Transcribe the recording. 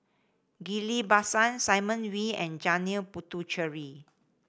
Ghillie Basan Simon Wee and Janil Puthucheary